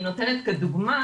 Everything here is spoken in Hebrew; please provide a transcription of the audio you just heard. אני נותנת כדוגמה